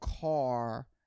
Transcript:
car